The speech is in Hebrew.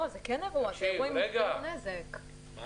הוועדה הזו עוסקת גם